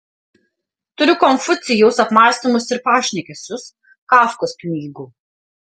turiu konfucijaus apmąstymus ir pašnekesius kafkos knygų